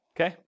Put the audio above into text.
Okay